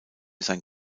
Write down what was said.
sein